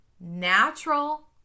natural